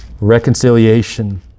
reconciliation